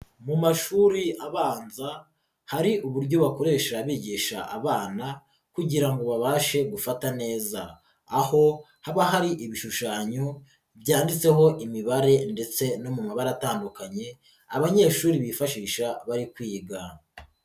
Mu mashuri abanza hari uburyo bakoresha bigisha abana kugira ngo babashe gufata neza. Aho haba hari ibishushanyo, byanditseho imibare ndetse no mu mabara atandukanye, abanyeshuri bifashisha bari kwiga.